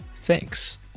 Thanks